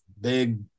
big –